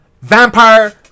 vampire